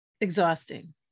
exhausting